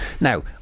Now